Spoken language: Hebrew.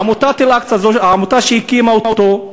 עמותת "אל-אקצא", העמותה שהקימה אותו,